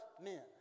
men